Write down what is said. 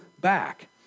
back